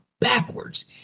backwards